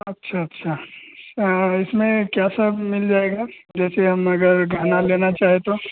अच्छा अच्छा इसमें क्या सब मिल जाएगा जैसे हम अगर गहना लेना चाहें तो